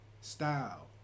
style